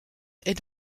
est